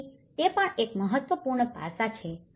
તેથી તે પણ એક મહત્વપૂર્ણ પાસા છે